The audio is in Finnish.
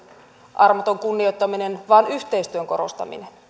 armotonta kunnioittamista vaan yhteistyön korostamista